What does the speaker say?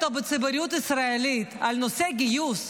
או בציבוריות הישראלית על נושא הגיוס,